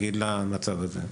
פתרונות למצב הזה.